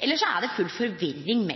eller så er det full forvirring